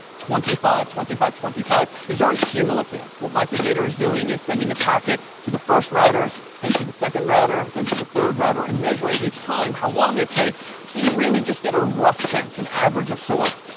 twenty five, twenty five, twenty five. these aren't cumulative. what my computer is doing is sending a packet to the first router, then to the second rather, then to the third router, and measuring each time how long it takes. so you really just get a rough sense, an average of sorts,